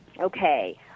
okay